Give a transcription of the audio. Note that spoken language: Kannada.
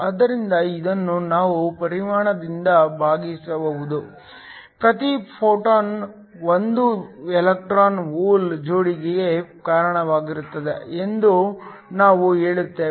ಆದ್ದರಿಂದ ಇದನ್ನು ನಾವು ಪರಿಮಾಣದಿಂದ ಭಾಗಿಸಬಹುದು ಪ್ರತಿ ಫೋಟಾನ್ 1 ಎಲೆಕ್ಟ್ರಾನ್ ಹೋಲ್ ಜೋಡಿಗೆ ಕಾರಣವಾಗುತ್ತದೆ ಎಂದು ನಾವು ಹೇಳುತ್ತೇವೆ